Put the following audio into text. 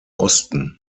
osten